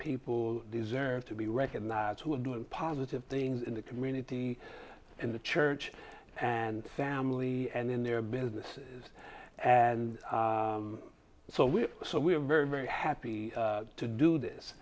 people deserve to be recognized who are doing positive things in the community in the church and family and in their businesses and so we so we're very very happy to do this